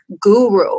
guru